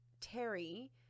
Terry –